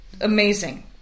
Amazing